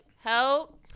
help